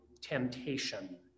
temptation